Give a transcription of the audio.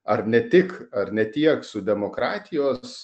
ar ne tik ar ne tiek su demokratijos